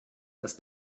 dass